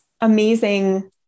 amazing